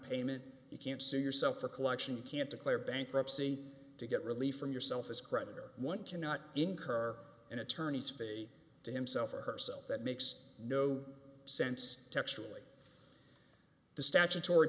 payment you can't see yourself or collection can't declare bankruptcy to get relief from yourself as creditor one cannot incur an attorney's fate to himself or herself that makes no sense to actually the statutory